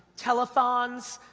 telethons,